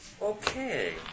Okay